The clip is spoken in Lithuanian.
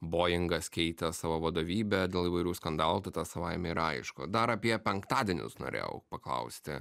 boingas keitęs savo vadovybę dėl įvairių skandalų tai tas savaime yra aišku dar apie penktadienius norėjau paklausti